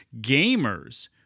gamers